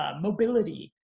mobility